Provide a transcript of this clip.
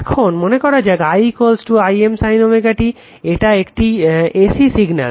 এখন মনে করা যাক I I m sin ω t এটা একটি এসি সিগনাল